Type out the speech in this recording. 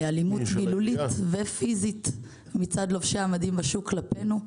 אלימות מילולית ופיזית מצד לובשי המדים בשוק כלפינו.